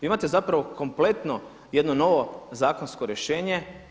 Imate zapravo kompletno jedno novo zakonsko rješenje.